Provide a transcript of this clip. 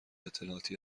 اطلاعاتی